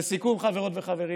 לסיכום, חברות וחברים,